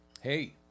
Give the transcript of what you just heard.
Hey